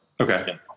Okay